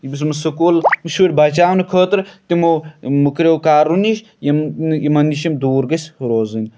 یُس یِمو سکوٗل شُرۍ بَچاونہٕ خٲطرٕ تِمو مٔکریو کارو نِش یِم یِمَن نِش یِم دوٗر گٔژھ روزٕنۍ